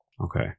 Okay